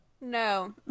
No